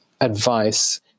advice